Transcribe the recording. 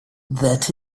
that